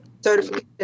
Certification